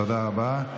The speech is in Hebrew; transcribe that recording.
תודה רבה.